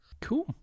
Cool